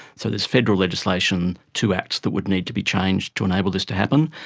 so this federal legislation, two acts that would need to be changed to enable this to happen,